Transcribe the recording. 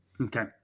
Okay